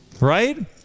Right